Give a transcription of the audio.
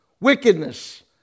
wickedness